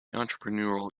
entrepreneurial